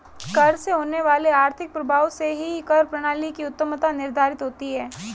कर से होने वाले आर्थिक प्रभाव से ही कर प्रणाली की उत्तमत्ता निर्धारित होती है